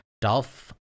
Dolph